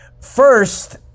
First